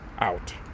out